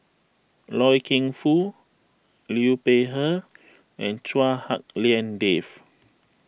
Loy Keng Foo Liu Peihe and Chua Hak Lien Dave